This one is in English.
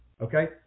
okay